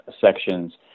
sections